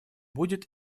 будет